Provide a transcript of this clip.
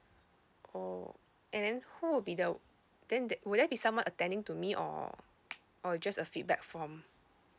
oh and then who would be the then the~ will there be someone attending to me or or just a feedback form